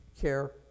care